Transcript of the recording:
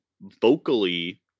vocally